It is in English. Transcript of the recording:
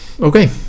Okay